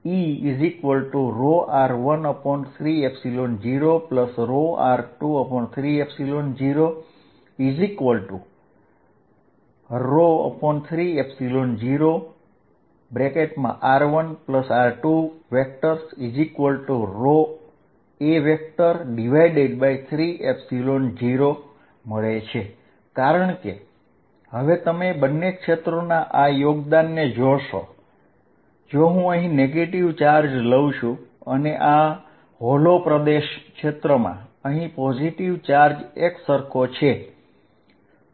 E r13 0 r23 030r1r2 a3 0 કારણ કે હવે તમે બંને ક્ષેત્રોના આ યોગદાનને જોશો જો હું અહીં આ નેગેટીવ ચાર્જ લઉં છું અને આ હોલો પ્રદેશ ક્ષેત્રમાં અહીં પોઝિટિવ ચાર્જ એકસરખો છે